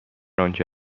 آنچه